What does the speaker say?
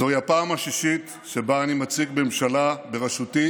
זוהי הפעם השישית שבה אני מציג ממשלה בראשותי